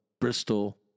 Bristol